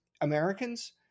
Americans